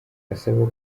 asaba